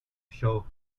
show